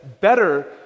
better